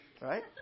Right